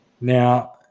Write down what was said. Now